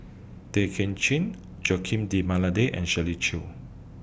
Tay Kim Chin Joaquim D'almeida and Shirley Chew